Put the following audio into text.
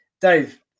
Dave